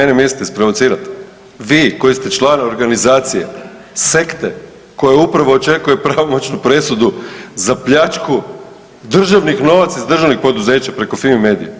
Mene mislite isprovocirat, vi koji ste član organizacije, sekte koja upravo očekuje pravomoćnu presudu za pljačku državnih novaca iz državnih poduzeća preko Fimi medije.